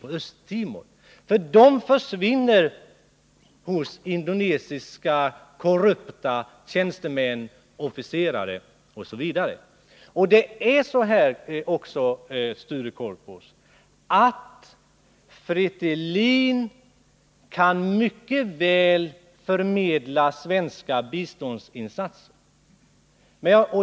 Biståndet försvinner bland korrupta indonesiska tjänstemän, officerare och andra. Fretilin kan, Sture Korpås, mycket väl förmedla svenska biståndsinsatser.